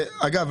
אגב,